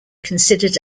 considered